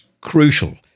crucial